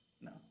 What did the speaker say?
No